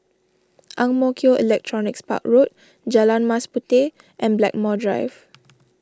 Ang Mo Kio Electronics Park Road Jalan Mas Puteh and Blackmore Drive